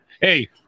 Hey